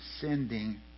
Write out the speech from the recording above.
sending